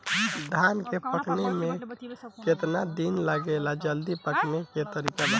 धान के पकने में केतना दिन लागेला जल्दी पकाने के तरीका बा?